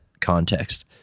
context